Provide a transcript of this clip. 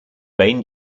main